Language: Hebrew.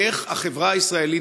איך החברה הישראלית,